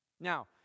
Now